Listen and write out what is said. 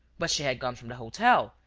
but she had gone from the hotel,